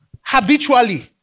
habitually